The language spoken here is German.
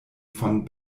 von